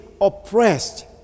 oppressed